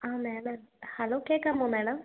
ആ madam hello കേൾക്കാമോ madam